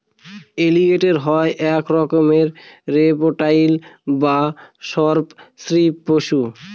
এলিগেটের হয় এক রকমের রেপ্টাইল বা সর্প শ্রীপ পশু